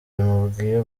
bimubwiye